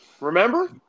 Remember